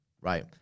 right